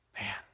Man